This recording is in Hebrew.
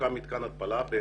יוקם מתקן התפלה.